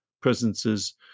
presences